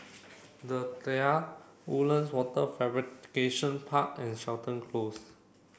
the Tiara Woodlands Wafer Fabrication Park and Seton Close